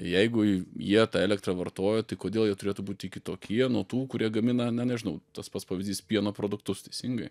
jeigu jie tą elektrą vartoja tai kodėl jie turėtų būti kitokie nuo tų kurie gamina na nežinau tas pats pavyzdys pieno produktus teisingai